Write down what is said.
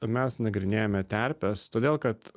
mes nagrinėjame terpes todėl kad